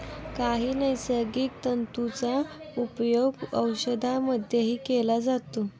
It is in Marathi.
काही नैसर्गिक तंतूंचा उपयोग औषधांमध्येही केला जातो